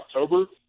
October